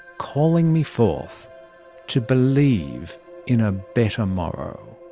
calling me forth to believe in a better morrow.